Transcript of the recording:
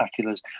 spectaculars